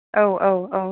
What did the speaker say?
औ औ औ